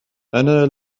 أنا